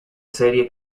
serie